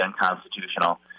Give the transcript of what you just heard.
unconstitutional